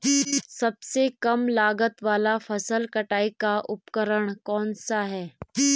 सबसे कम लागत वाला फसल कटाई का उपकरण कौन सा है?